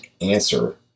answer